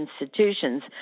institutions